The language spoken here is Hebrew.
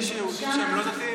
ואנחנו נעבור לדובר הבא,